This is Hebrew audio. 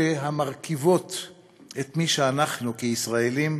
אלה המרכיבות את מי שאנחנו כישראלים,